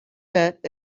bet